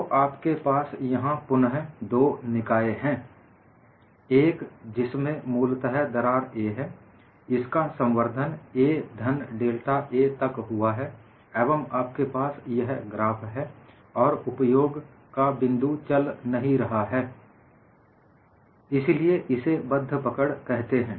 तो आपके पास यहां पुनः दो निकाय हैं एक जिसमें मूलत दरार a है इसका संवर्धन a धन डेल्टा a तक हुआ है एवं आपके पास यह ग्राफ है और उपयोग का बिंदु चल नहीं रहा है इसीलिए इसे बद्ध पकड़ कहते हैं